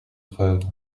preuve